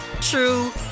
true